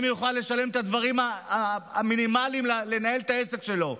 אם הוא יוכל לשלם את הדברים המינימליים לנהל את העסק שלו.